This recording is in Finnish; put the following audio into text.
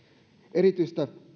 erityistä